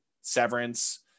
Severance